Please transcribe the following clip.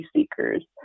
seekers